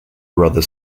brother